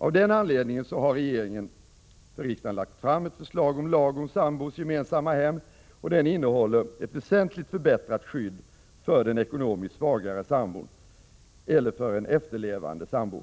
Av den anledningen har regeringen för riksdagen lagt fram ett förslag om en lag om sambors gemensamma hem, som innehåller ett väsentligt förbättrat skydd för den ekonomiskt svagare sambon och för en efterlevande sambo.